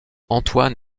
antoine